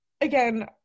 Again